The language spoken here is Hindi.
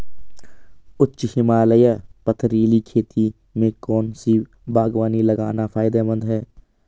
उच्च हिमालयी पथरीली खेती में कौन सी बागवानी लगाना फायदेमंद है?